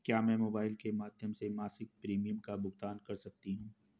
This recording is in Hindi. क्या मैं मोबाइल के माध्यम से मासिक प्रिमियम का भुगतान कर सकती हूँ?